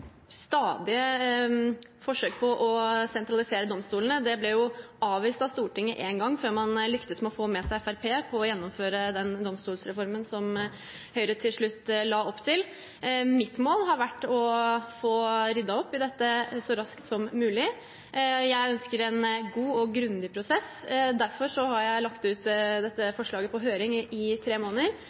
sentralisere domstolene. Det ble avvist av Stortinget en gang før man har lyktes med å få med seg Fremskrittspartiet på å gjennomføre den domstolsreformen som Høyre til slutt la opp til. Mitt mål har vært å få ryddet opp i dette så raskt som mulig. Jeg ønsker en god og grundig prosess, og derfor har jeg lagt ut dette forslaget på høring i tre måneder.